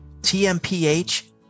TMPH